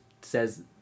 says